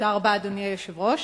תודה רבה, אדוני היושב-ראש.